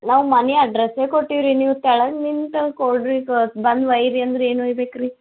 ನಾವು ಮನೆ ಅಡ್ರಸ್ಸೆ ಕೊಟ್ಟಿವಿ ರೀ ನೀವು ಕೆಳಗ್ ನಿಂತು ಕೊಡ್ರಿ ಈಗ ಬಂದು ಒಯ್ರಿ ಅಂದ್ರೆ ಈಗ ಏನು ಒಯ್ಬೇಕು ರೀ